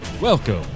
Welcome